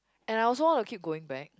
and I also want to keep going back